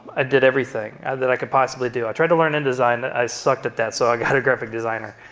ah did everything and that i could possibly do. i tried to learn and design. i sucked at that, so i got a graphic designer.